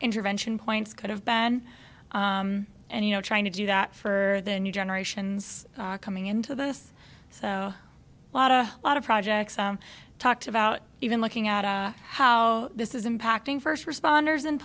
intervention points could have been and you know trying to do that for the new generations coming into this lot a lot of projects talked about even looking at how this is impacting first responders and